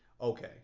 okay